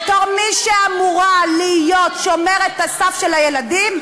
בתור מי שאמורה להיות שומרת הסף של הילדים,